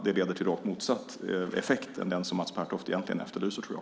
Det leder till en effekt som är raka motsatsen till den som Mats Pertoft egentligen efterlyser, tror jag.